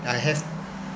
I have